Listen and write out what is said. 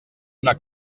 una